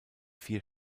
vier